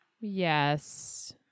Yes